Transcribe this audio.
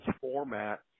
format